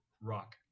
rock